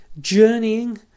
journeying